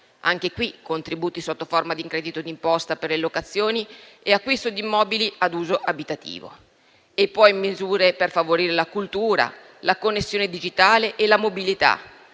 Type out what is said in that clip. caso, contributi sotto forma di credito d'imposta per le locazioni e l'acquisto di immobili ad uso abitativo; e poi misure per favorire la cultura, la connessione digitale e la mobilità;